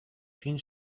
sin